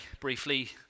briefly